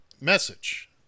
message